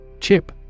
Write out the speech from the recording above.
Chip